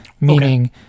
meaning